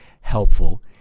helpful